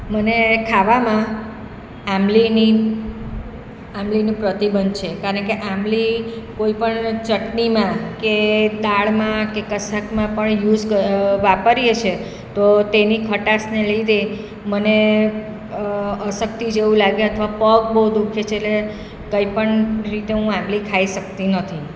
મને ખાવામાં આંબલીની આંબલીનું પ્રતિબંધ છે કારણ કે આંબલી કોઈપણ ચટણીમાં કે દાળમાં કે કશાકમાં પણ યુસ વાપરીએ છે તો તેની ખટાશને લીધે મને અશક્તિ જેવું લાગે અથવા પગ બહુ દુઃખે છે એટલે કંઇપણ રીતે હું આંબલી ખાઇ શકતી નથી